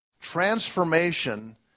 Transformation